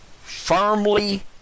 firmly